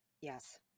yes